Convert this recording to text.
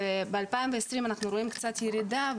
ב-2020 אנחנו רואים קצת ירידה,